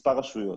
מספר רשויות,